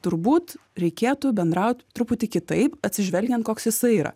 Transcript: turbūt reikėtų bendraut truputį kitaip atsižvelgiant koks jisai yra